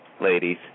ladies